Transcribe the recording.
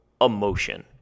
emotion